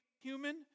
human